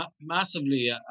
massively